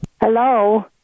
Hello